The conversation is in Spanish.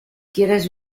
quieres